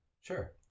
Sure